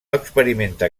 experimenta